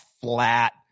flat